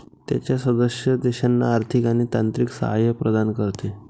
त्याच्या सदस्य देशांना आर्थिक आणि तांत्रिक सहाय्य प्रदान करते